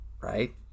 right